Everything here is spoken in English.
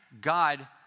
God